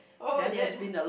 oh is it